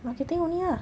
marketing only ah